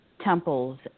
temples